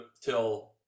till